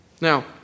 Now